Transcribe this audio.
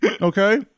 Okay